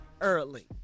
Early